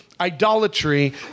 idolatry